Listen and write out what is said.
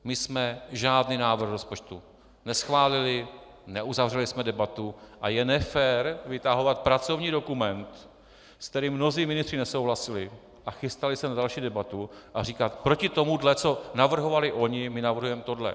My jsme žádný návrh rozpočtu neschválili, neuzavřeli jsme debatu a je nefér vytahovat pracovní dokument, s kterým mnozí ministři nesouhlasili a chystali se na další debatu, a říkat: proti tomu, co navrhovali oni, my navrhujeme tohle.